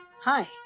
Hi